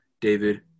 David